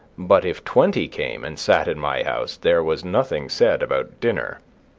but if twenty came and sat in my house there was nothing said about dinner,